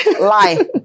Lie